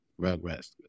rugrats